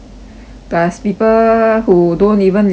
plus people who don't even listen